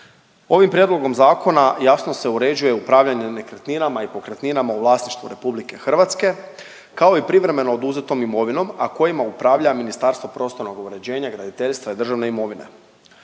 Ovim prijedlogom zakona jasno se uređuje upravljanje nekretninama i pokretninama u vlasništvu Republike Hrvatske kao i privremeno oduzetom imovinom, a kojima upravlja Ministarstvo prostornog uređenja, graditeljstva i državne imovine.